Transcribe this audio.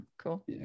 cool